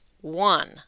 One